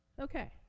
Okay